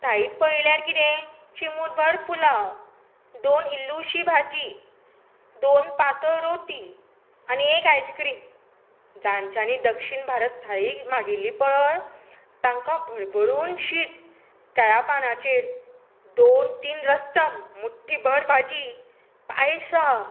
थाळींत पळयल्यार किदें चिमूटभर पुलाव दोन इल्लुशी भाजी दोन पातळ रोटी आनी एक आयस्क्रीम जांच्यांनी दक्षीण भारत थाळी मागिल्ली पळय तांकां भडभडून शीत केळ्या पानाचेर दोन तीन रस्सम मुठ्ठीभर भाजी पायसा